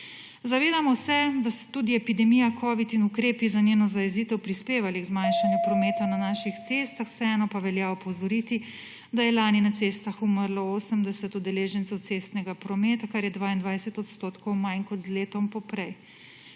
Zavedamo se, da so tudi epidemija covida in ukrepi za njeno zajezitev prispevali k zmanjšanju prometa na naših cestah, vseeno pa velja opozoriti, da je lani na cestah umrlo 80 udeležencev cestnega prometa, kar je 22 % manj kot leta poprej.